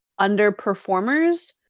underperformers